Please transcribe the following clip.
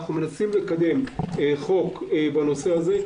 אנחנו מנסים לקדם חוק בנושא הזה.